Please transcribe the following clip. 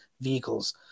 vehicles